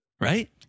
right